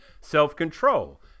self-control